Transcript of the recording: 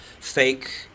fake